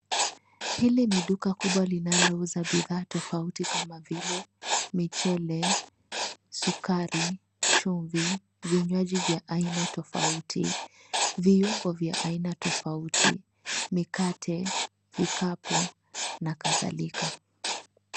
Hili ni duka kubwa linalouza bidhaa tofauti kama vile michele, sukari, chumvi, vinywaji vya aina tofauti, viungo vya aina tofauti, mikate, vikapu, na kadhalika.